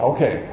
Okay